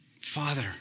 Father